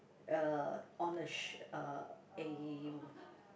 uh on the sh~ uh a